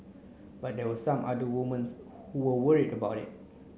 but there were some other women's who were worried about it